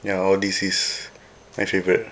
ya all these is my favourite